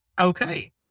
okay